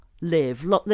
live